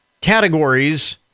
categories